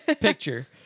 picture